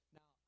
now